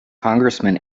congressman